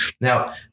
Now